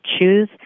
choose